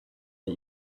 let